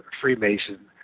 Freemason